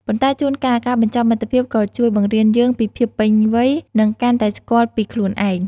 ប៉ុន្តែជួនកាល ការបញ្ចប់មិត្តភាពក៏ជួយបង្រៀនយើងពីភាពពេញវ័យ និងកាន់តែស្គាល់ពីខ្លួនឯង។